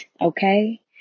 Okay